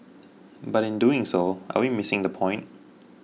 but in doing so are we missing the point